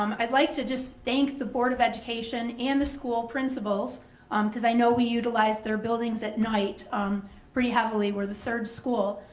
um i'd like to just thank the board of education and the school principals um because i know we utilize their buildings at night um pretty heavily. we're the third school,